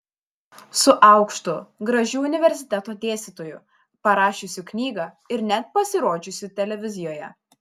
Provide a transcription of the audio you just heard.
su aukštu gražiu universiteto dėstytoju parašiusiu knygą ir net pasirodžiusiu televizijoje